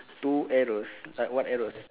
two arrows like what arrows